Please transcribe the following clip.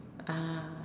ah